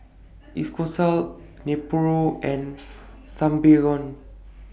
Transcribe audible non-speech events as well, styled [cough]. [unintelligible] Nepro and Sangobion